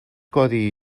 codi